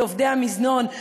לעובדי המזנון,